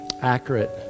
accurate